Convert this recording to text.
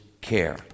care